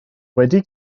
wedi